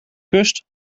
kust